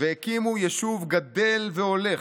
והקימו יישוב גדל והולך,